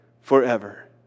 forever